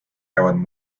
jäävad